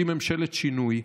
שהיא ממשלת שינוי,